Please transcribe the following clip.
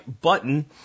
button